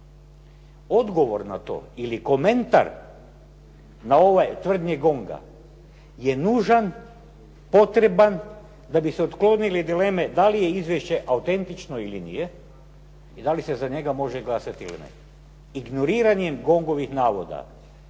Odgovor na to ili komentar na ovaj tvrdnje GONG-a je nužan, potreban da bi se otklonile dileme da li je izvješće autentično ili nije i da li se za njega može glasati ili ne. Ignoriranje GONG-ovih navoda